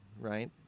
right